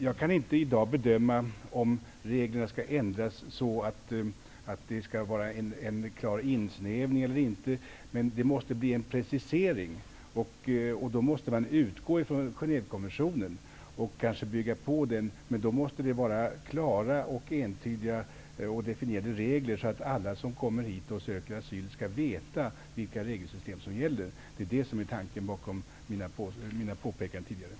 Jag kan i dag inte bedöma om reglerna skall ändras så, att det skall vara en klar insnävning eller inte, men det måste bli en precisering där man utgår ifrån Genèvekonventionen. Reglerna måste vara klara, entydiga och definierade regler, så att alla som kommer hit och söker asyl skall veta vilket regelsystem som gäller. Det är det som är tanken bakom mina tidigare påpekanden.